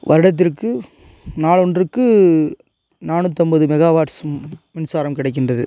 வருடத்திற்கு நாள் ஒன்றுக்கு நானூத்தம்பது மெகா வாட்ஸ் மின்சாரம் கிடைக்கின்றது